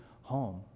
home